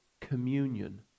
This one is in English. communion